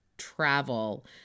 travel